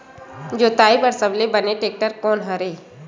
जोताई बर सबले बने टेक्टर कोन हरे?